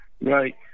right